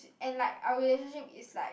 and like our relationship is like